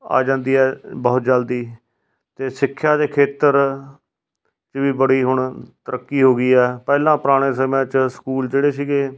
ਆ ਜਾਂਦੀ ਹੈ ਬਹੁਤ ਜਲਦੀ ਅਤੇ ਸਿੱਖਿਆ ਦੇ ਖੇਤਰ 'ਚ ਵੀ ਬੜੀ ਹੁਣ ਤਰੱਕੀ ਹੋ ਗਈ ਆ ਪਹਿਲਾਂ ਪੁਰਾਣੇ ਸਮਿਆਂ 'ਚ ਸਕੂਲ ਜਿਹੜੇ ਸੀਗੇ